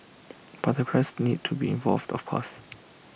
but the parents need to be involved of course